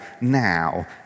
now